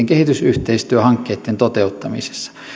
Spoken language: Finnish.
kehitysyhteistyöhankkeitten toteuttamisessa